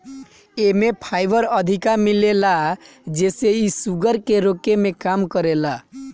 एमे फाइबर अधिका मिलेला जेसे इ शुगर के रोके में काम करेला